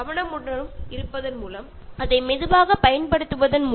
നമുക്ക് ഈ വിഭവങ്ങളെല്ലാം എങ്ങനെ നില നിർത്താം എന്ന് പഠിക്കേണ്ടതുണ്ട്